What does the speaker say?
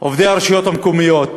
עובדי הרשויות המקומיות